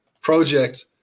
project